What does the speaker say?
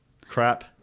crap